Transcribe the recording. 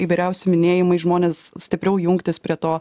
įvairiausi minėjimai žmonės stipriau jungtis prie to